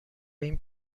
این